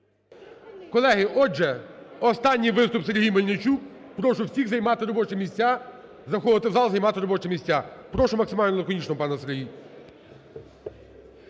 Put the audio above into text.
Колеги, отже, останній виступ, Сергій Мельничук. Прошу всіх займати робочі місця, заходити в зал, займати робочі місця. Прошу максимально лаконічно, пане Сергій.